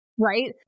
Right